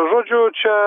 žodžiu čia